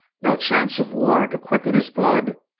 no chance of war to quicken his blood,